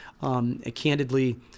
Candidly